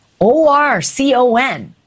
ORCON